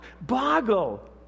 boggle